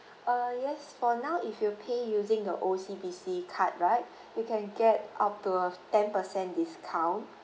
err yes for now if you pay using the O_C_B_C card right you can get up to a ten percent discount